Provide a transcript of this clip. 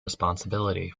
responsibility